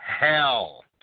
hell